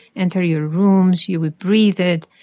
enter your rooms. you would breathe it.